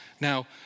Now